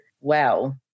wow